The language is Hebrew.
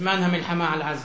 בזמן המלחמה בעזה.